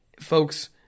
Folks